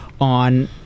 on